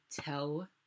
tell